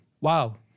wow